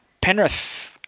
Penrith